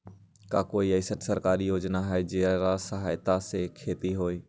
का कोई अईसन सरकारी योजना है जेकरा सहायता से खेती होय?